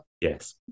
Yes